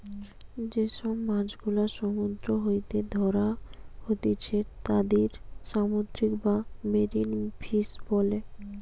যে সব মাছ গুলা সমুদ্র হইতে ধ্যরা হতিছে তাদির সামুদ্রিক বা মেরিন ফিশ বোলে